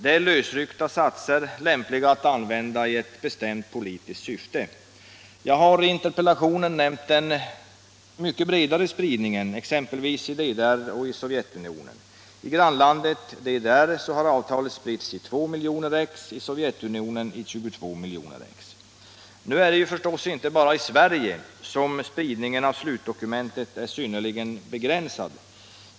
Det är lösryckta satser, lämpliga att användas i ett bestämt politiskt syfte. Jag har i interpellationen nämnt den mycket bredare spridningen i exempelvis DDR och Sovjetunionen. I grannlandet DDR har avtalet spritts i två miljoner exemplar och i Sovjetunionen i 22 miljoner exemplar. Nu är det förstås inte bara i Sverige som spridningen av slutdokumentet är synnerligen begränsad.